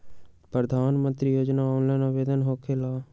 प्रधानमंत्री योजना ऑनलाइन आवेदन होकेला?